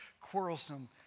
quarrelsome